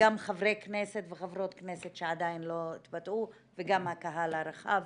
וגם חברי וחברות כנסת שעדיין לא התבטאו וגם הקהל הרחב.